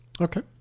Okay